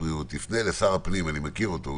מנהל בית חולים לשעבר שאני מאוד מעריך אותו.